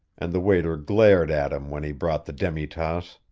and the waiter glared at him when he brought the demi-tasse.